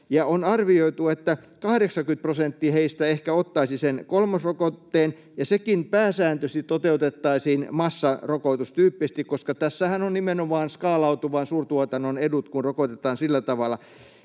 on arvioitu, että 80 prosenttia heistä ehkä ottaisi sen kolmosrokotteen, ja sekin pääsääntöisesti toteutettaisiin massarokotustyyppisesti, koska tässähän on nimenomaan skaalautuvan suurtuotannon edut, kun rokotetaan sillä tavalla,